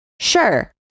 sure